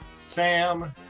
Sam